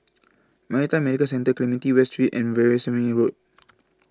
Maritime Medical Centre Clementi West Street and Veerasamy Road